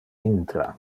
intra